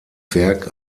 werk